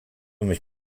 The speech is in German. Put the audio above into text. mich